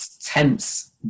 tense